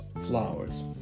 flowers